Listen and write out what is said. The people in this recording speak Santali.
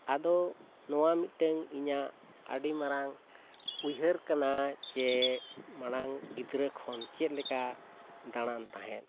ᱟᱫᱚ ᱱᱚᱣᱟ ᱢᱤᱫᱴᱟᱝ ᱤᱧᱟᱹᱜ ᱟᱹᱰᱤ ᱢᱟᱨᱟᱝ ᱩᱭᱦᱟᱹᱨ ᱠᱟᱱᱟ ᱡᱮ ᱢᱟᱲᱟᱝ ᱜᱤᱫᱽᱨᱟᱹ ᱠᱷᱚᱱ ᱪᱮᱫᱞᱮᱠᱟ ᱫᱟᱬᱟᱱ ᱛᱟᱦᱮᱸᱫ